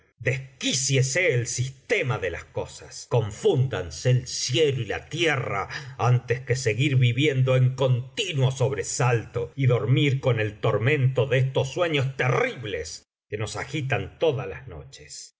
el sistema de las cosas confúndanse el cielo y la tierra antes que seguir viviendo en continuo sobresalto y dormir con el tormento de estos sueños terribles que nos agitan todas las noches